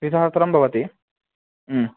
द्विसहस्रं भवति ह्म्